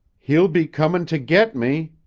he'll be comin' to get me,